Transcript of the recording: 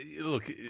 look